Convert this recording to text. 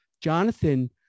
Jonathan